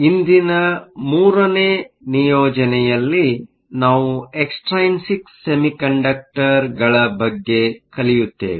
ಇಂದಿನ 3ನೇ ನಿಯೋಜನೆಯಲ್ಲಿ ನಾವು ಎಕ್ಸ್ಟ್ರೈನ್ಸಿಕ್ ಸೆಮಿಕಂಡಕ್ಟರ್ಗಳ ಬಗ್ಗೆ ಕಲಿಯುತ್ತೇವೆ